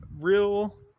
real